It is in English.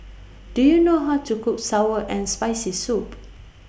Do YOU know How to Cook Sour and Spicy Soup